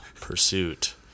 pursuit